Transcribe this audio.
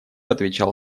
отвечал